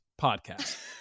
podcast